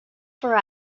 for